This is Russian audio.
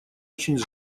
очень